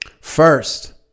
first